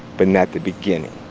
but not the beginning